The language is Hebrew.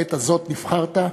לעת הזאת נבחרת.